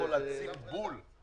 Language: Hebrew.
--- להעביר למשפחות פשע.